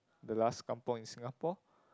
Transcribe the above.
the last kampung in Singapore